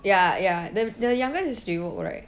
ya ya their their youngest is jaewook alright